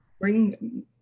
bring